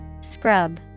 Scrub